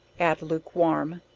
add luke warm,